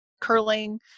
curling